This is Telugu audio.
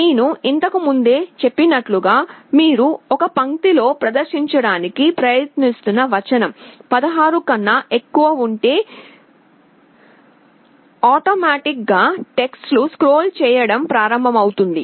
నేను ఇంతకు ముందే చెప్పినట్లుగా మీరు ఒక పంక్తిలో ప్రదర్శించడానికి ప్రయత్నిస్తున్న వచనం 16 కన్నా ఎక్కువ ఉంటే స్వయంచాలకంగా టెక్స్ట్ స్క్రోల్ చేయడం ప్రారంభమవుతుంది